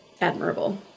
admirable